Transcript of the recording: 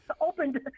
Opened